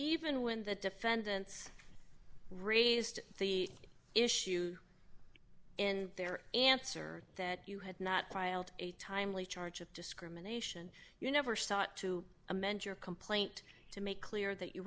even when the defendant raised the issue in their answer that you had not filed a timely charge of discrimination you never sought to amend your complaint to make clear that you